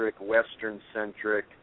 Western-centric